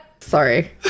Sorry